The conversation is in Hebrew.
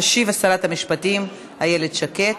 תשיב שרת המשפטים איילת שקד.